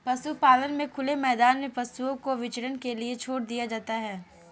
पशुपालन में खुले मैदान में पशुओं को विचरण के लिए छोड़ दिया जाता है